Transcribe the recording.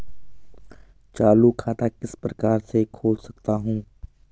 चालू खाता किस प्रकार से खोल सकता हूँ?